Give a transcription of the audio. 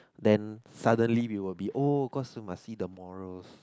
then suddenly we will be oh cause must see the morals